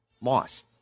Moss